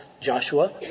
Joshua